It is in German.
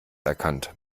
erkannt